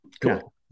cool